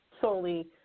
solely